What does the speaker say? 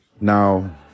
Now